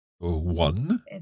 one